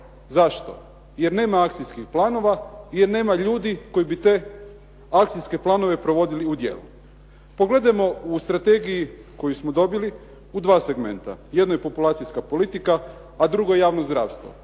Zašto? Jer nema akcijskih planova, jer nema ljudi koji bi te akcijske planove provodili u djelo. Pogledajmo u strategiji koju smo dobili u dva segmenta. Jedno je populacijska politika, a drugo javno zdravstvo.